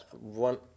one